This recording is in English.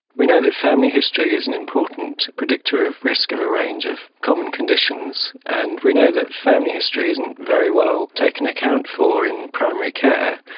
we know that family history is an important predictor of risk of a range of common conditions, and we know that family history isn't very well taken account for in primary care.